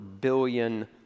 billion